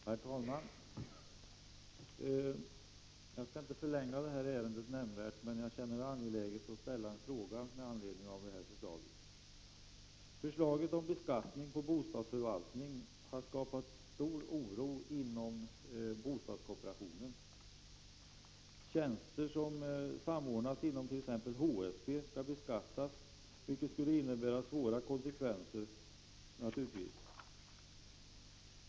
Herr talman! Jag skall inte nämnvärt förlänga den här debatten, men jag känner det angeläget att ställa en fråga med anledning av det föreliggande förslaget. Förslaget om beskattning av bostadsförvaltning har skapat stor oro inom bostadskooperationen. Tjänster som samordnas inom t.ex. HSB skulle beskattas, vilket naturligtvis skulle innebära svåra konsekvenser.